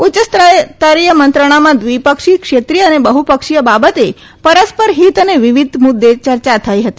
ઉચ્યસ્તરીય મંત્રણામાં દ્વિપક્ષી ક્ષેત્રીય અને બહપક્ષીય બાબતે પરસ્પર હિત અને વિવિધ મુદૃ યર્યા થઈ હતી